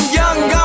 young